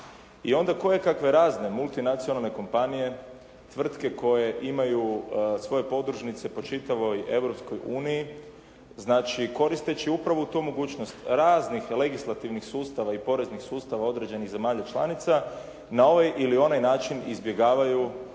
I onda kojekakve multinacionalne kompanije, tvrtke koje imaju svoje podružnice po čitavoj Europskoj uniji, znači koristeći upravo tu mogućnost raznih legislativnih sustava i poreznih sustav određenih zemalja članica, na ovaj ili onaj način izbjegavaju